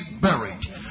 buried